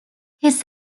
his